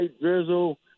drizzle